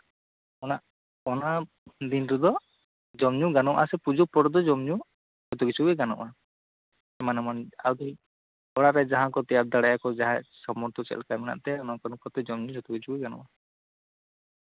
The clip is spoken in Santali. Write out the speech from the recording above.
ᱚᱱᱟ ᱚᱱᱟ ᱫᱤᱱ ᱨᱮᱫᱚ ᱡᱚᱢ ᱧᱩ ᱜᱟᱱᱚᱜ ᱟᱥᱮ ᱯᱩᱡᱟᱹ ᱯᱚᱨᱮ ᱫᱚ ᱡᱚᱢ ᱧᱩ ᱡᱚᱛᱚ ᱠᱤᱪᱷᱩᱜᱮ ᱜᱟᱱᱚᱜᱼᱟ ᱮᱢᱟᱱ ᱮᱢᱟᱱ ᱚᱲᱟᱜᱨᱮ ᱡᱟᱦᱟ ᱠᱚ ᱛᱮᱭᱟᱨ ᱫᱟᱲᱮᱭᱟᱜ ᱠᱚ ᱡᱟᱦᱟᱭ ᱥᱟᱢᱚᱨᱛᱷᱚ ᱪᱮᱫ ᱠᱟ ᱢᱮᱱᱟᱜ ᱛᱟᱭᱟ ᱚᱱᱠᱟ ᱡᱚᱢ ᱧᱩ ᱡᱚᱛᱚ ᱠᱤᱪᱷᱩ ᱜᱟᱱᱚᱜᱼᱟ